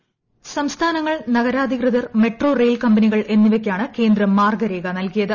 voice സംസ്ഥാനങ്ങൾ നഗരാധികൃതർ metro rail കമ്പനികൾ എന്നിവയ്ക്കാണ് കേന്ദ്രം മാർഗ്ഗരേഖ നൽകിയത്